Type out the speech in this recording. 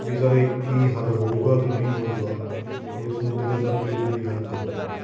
ਵੀ ਇਹ ਸਰ ਕੀ ਹੱਲ ਹੋਊਗਾ ਕਿ ਨਹੀਂ ਹੋਊਗਾ ਅਤੇ ਇਸ ਮੁੱਦੇ 'ਤੇ ਸਰ ਪਲੀਜ਼ ਮੇਰੀ ਹੈਲਪ ਕਰੋ